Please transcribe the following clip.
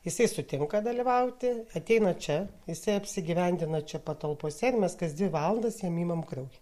jisai sutinka dalyvauti ateina čia jisai apsigyvendina čia patalpose ir mes kas dvi valandas jam imam kraują